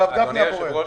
הרב גפני הוא הבורר.